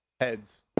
Heads